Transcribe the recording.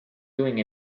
doing